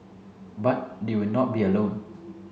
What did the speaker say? but they will not be alone